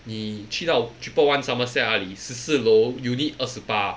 你去到 triple one somerset ah 你十四楼 unit 二十八